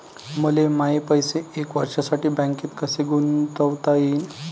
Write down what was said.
मले माये पैसे एक वर्षासाठी बँकेत कसे गुंतवता येईन?